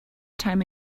time